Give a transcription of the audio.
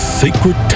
sacred